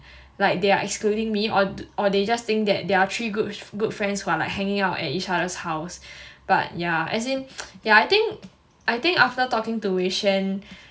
like they are excluding me or th~ they just think that they are three good good friends who are like hanging out at each other's house but yeah as in yeah I think I think after talking to wei xuan